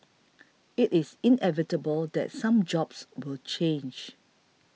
it is inevitable that some jobs will change